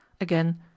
again